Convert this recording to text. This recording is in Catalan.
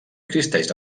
existeix